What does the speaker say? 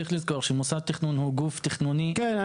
צריך לזכור שמוסד תכנון הוא גוף תכנוני --- כן,